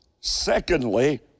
secondly